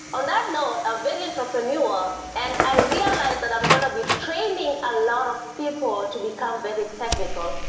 on that note, ah very entrepreneur, and i realized that i'm going to be training a lot of people to become very technical.